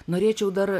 norėčiau dar